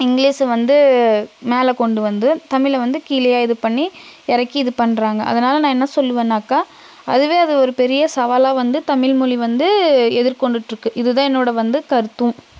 இங்கிலிஷை வந்து மேலே கொண்டு வந்து தமிழை வந்து கீழேயா இது பண்ணி இறக்கி இது பண்ணுறாங்க அதனால் நான் என்ன சொல்லுவேனாக்கா அதுவே அது ஒரு பெரிய சவாலாக வந்து தமிழ்மொலி வந்து எதிர்கொண்டுகிட்டு இருக்குது இது தான் என்னோடய வந்து கருத்தும்